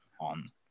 on